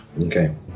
Okay